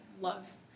love –